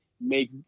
make